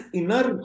inner